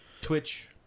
twitch